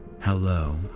Hello